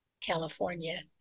California